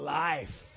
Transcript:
life